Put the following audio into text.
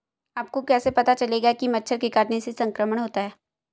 आपको कैसे पता चलेगा कि मच्छर के काटने से संक्रमण होता है?